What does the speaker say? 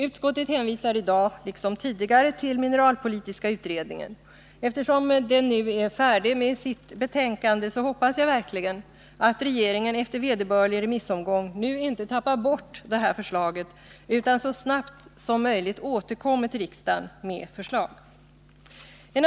Utskottet hänvisar i dag liksom tidigare till mineralpolitiska utredningen. Eftersom den nu är färdig med sitt betänkande, så hoppas jag verkligen att regeringen efter vederbörlig remissomgång nu inte tappar bort det här förslaget utan så snart som möjligt återkommer till riksdagen i ärendet.